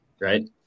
right